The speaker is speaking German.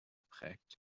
geprägt